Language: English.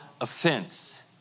offense